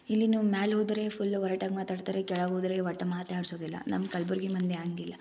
ಇಲ್ಲಿ ನಾವು ಮ್ಯಾಲೆ ಹೋದರೆ ಫುಲ್ಲು ಒರ್ಟಾಗಿ ಮಾತಾಡ್ತಾರೆ ಕೆಳಗೆ ಹೋದ್ರೆ ಒಟ್ಟು ಮಾತೇ ಆಡ್ಸೋದಿಲ್ಲ ನಮ್ಮ ಕಲಬುರ್ಗಿ ಮಂದಿ ಹಂಗಿಲ್ಲ